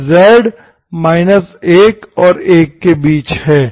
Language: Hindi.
इसलिए z 1 से 1 के बीच है